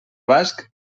basc